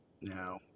Now